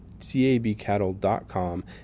cabcattle.com